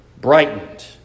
brightened